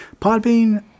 Podbean